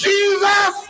Jesus